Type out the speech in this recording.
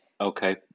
Okay